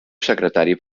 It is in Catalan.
secretari